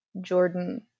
Jordan